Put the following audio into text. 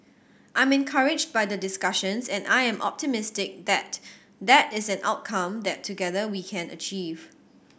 I'm encouraged by the discussions and I am optimistic that that is an outcome that together we can achieve